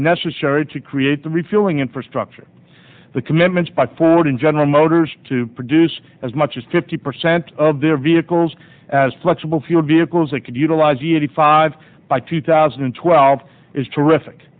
necessary to create the refueling infrastructure the commitments by ford and general motors to produce as much as fifty percent of their vehicles as flexible fuel vehicles that could utilize e eighty five by two thousand and twelve is terrific